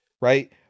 right